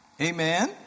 Amen